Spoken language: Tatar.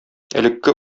элекке